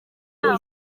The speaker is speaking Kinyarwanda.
nama